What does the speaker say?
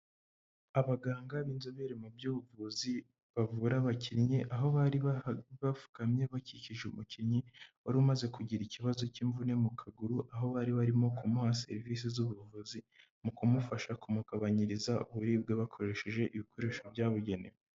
Abaganga b'inzobere mu by'ubuvuzi bavura abakinnyi aho bari bapfukamye bakikije umukinnyi wari umaze kugira ikibazo cy'imvune mu kaguru, aho bari barimo kumuha serivisi z'ubuvuzi mu kumufasha kumugabanyiriza uburibwe bakoresheje ibikoresho byabugenewe.